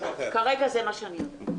כרגע זה מה שאני יודעת.